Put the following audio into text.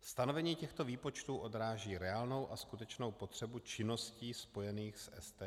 Stanovení těchto výpočtů odráží reálnou a skutečnou potřebu činností spojených s STK.